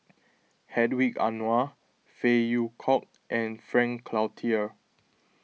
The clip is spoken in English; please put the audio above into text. Hedwig Anuar Phey Yew Kok and Frank Cloutier